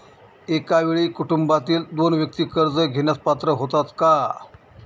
एका वेळी कुटुंबातील दोन व्यक्ती कर्ज घेण्यास पात्र होतात का?